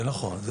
נכון.